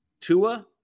Tua